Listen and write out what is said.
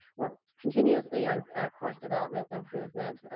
we're continuously on course development and improvement,